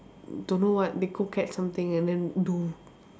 don't know what they cook at something and then do